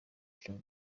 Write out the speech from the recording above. эхлэв